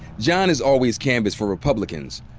john has always canvassed for republicans.